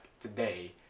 today